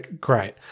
great